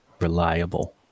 Reliable